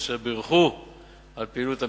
אשר בירכו על פעילות המשרד,